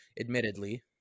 admittedly